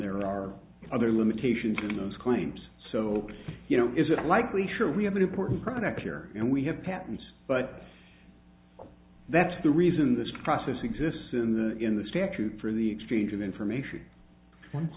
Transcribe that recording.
there are other limitations in those claims so you know is it likely sure we have an important product here and we have patents but that's the reason this process exists in the in the statute for the exchange of information once